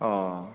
अ